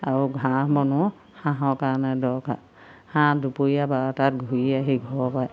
আৰু ঘাঁহ বনো হাঁহৰ কাৰণে দৰকাৰ হাঁহ দুপৰীয়া বাৰটাত ঘূৰি আহি ঘৰ পায়